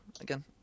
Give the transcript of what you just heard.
again